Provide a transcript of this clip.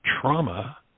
trauma